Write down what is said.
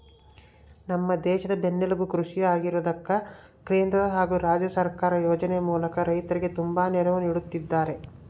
ನಮ್ಮ ದೇಶದ ಬೆನ್ನೆಲುಬು ಕೃಷಿ ಆಗಿರೋದ್ಕ ಕೇಂದ್ರ ಹಾಗು ರಾಜ್ಯ ಸರ್ಕಾರ ಯೋಜನೆ ಮೂಲಕ ರೈತರಿಗೆ ತುಂಬಾ ನೆರವು ನೀಡುತ್ತಿದ್ದಾರೆ